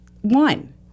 one